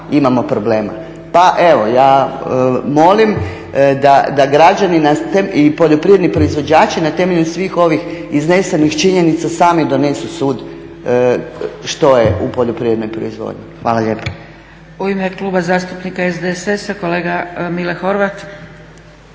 Pa evo ja molim da građani i poljoprivredni proizvođači na temelju svih ovih iznesenih činjenica sami donesu sud što je u poljoprivrednoj proizvodnji. Hvala lijepa.